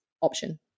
option